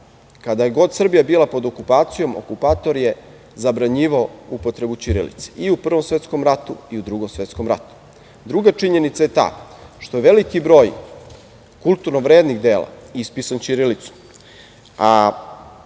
kada je god Srbija bila pod okupacijom okupator je zabranjivao upotrebu ćirilice, i u Prvom svetskom ratu i u Drugom svetskom ratu. Druga činjenica je ta što je veliki broj kulturno vrednih dela ispisan ćirilicom,